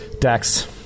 Dax